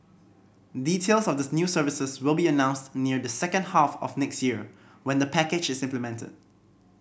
details of the new services will be announced near the second half of next year when the package is implemented